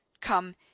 come